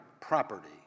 property